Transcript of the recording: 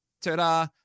Ta-da